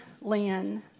Lynn